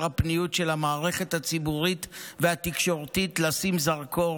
הפניות של המערכת הציבורית והתקשורתית לשים זרקור